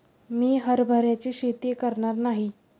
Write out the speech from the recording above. मी हरभऱ्याची शेती करणार नाही